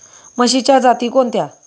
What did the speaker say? म्हशीच्या जाती कोणत्या?